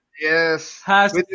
Yes